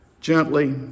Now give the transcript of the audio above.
Gently